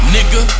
Nigga